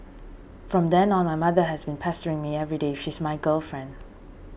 from then on my mother has been pestering me everyday she's my girlfriend